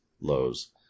lows